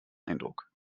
eindruck